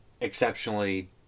exceptionally